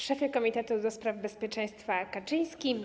Szefie Komitetu do Spraw Bezpieczeństwa Kaczyński!